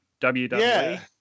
WWE